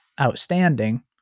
outstanding